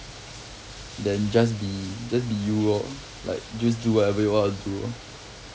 then just be just be you lor like just do whatever you want to do lor